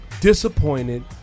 disappointed